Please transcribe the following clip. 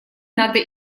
надо